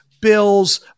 bills